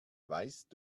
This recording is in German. weißt